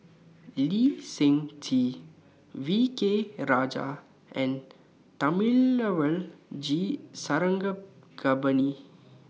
Lee Seng Tee V K Rajah and Thamizhavel G Sarangapani